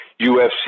UFC